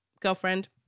girlfriend